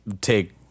take